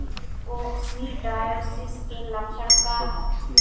Coccidiosis के लक्षण का ह?